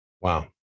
Wow